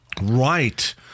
Right